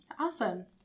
awesome